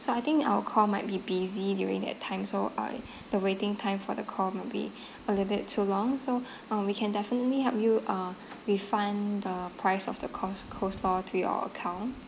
so I think that our call might be busy during that time so uh the waiting time for the call might be a little bit too long so uh we can definitely help you uh refund the price of the coles~ coleslaw to your account